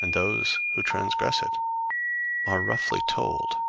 and those who transgress it are roughly told